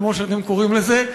כמו שאתם קוראים לזה,